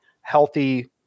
healthy